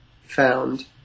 found